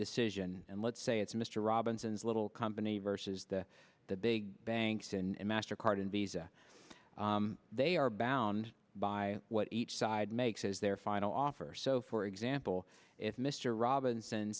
decision and let's say it's mr robinson's little company versus the the big banks and mastercard and visa they are bound by what each side makes as their final offer so for example if mister robins